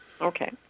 Okay